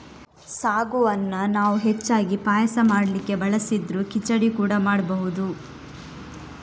ಸಾಗುವನ್ನ ನಾವು ಹೆಚ್ಚಾಗಿ ಪಾಯಸ ಮಾಡ್ಲಿಕ್ಕೆ ಬಳಸಿದ್ರೂ ಖಿಚಡಿ ಕೂಡಾ ಮಾಡ್ಬಹುದು